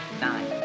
nine